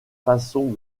façon